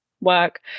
work